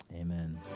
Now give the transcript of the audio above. Amen